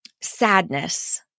sadness